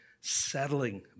settling